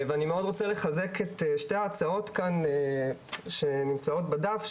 אני מאוד רוצה לחזק את שתי ההצעות כאן שנמצאות בדף,